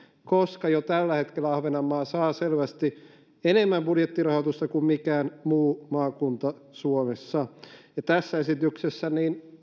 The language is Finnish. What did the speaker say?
koska jo tällä hetkellä ahvenanmaa saa selvästi enemmän budjettirahoitusta kuin mikään muu maakunta suomessa ja tässä esityksessä